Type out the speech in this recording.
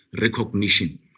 recognition